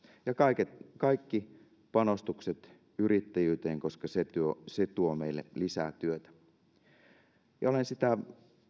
ja kaikki panostukset yrittäjyyteen koska se tuo se tuo meille lisää työtä olen kyllä sitä